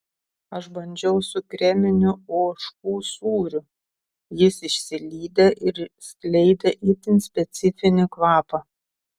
aš bandžiau su kreminiu ožkų sūriu jis išsilydė ir skleidė itin specifinį kvapą